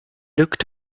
looked